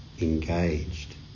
engaged